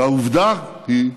ועובדה היא,